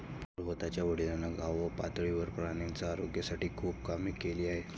रोहितच्या वडिलांनी गावपातळीवर प्राण्यांच्या आरोग्यासाठी खूप काम केले आहे